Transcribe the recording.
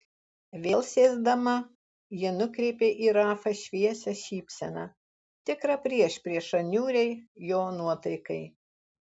vėl sėsdama ji nukreipė į rafą šviesią šypseną tikrą priešpriešą niūriai jo nuotaikai